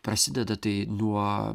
prasideda tai nuo